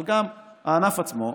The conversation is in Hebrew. אבל גם הענף עצמו,